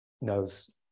knows